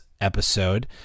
episode